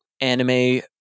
anime